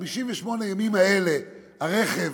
ב-58 הימים האלה הרכב